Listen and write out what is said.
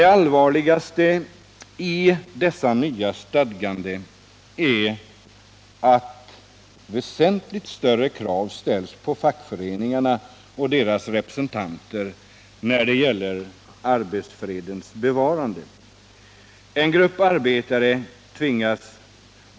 Det allvarligaste i de nya bestämmelserna är att väsentligt större krav ställs på fackföreningarna och deras representanter när det gäller arbetsfredens bevarande.